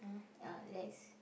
ah yes